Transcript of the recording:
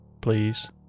Please